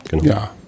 Ja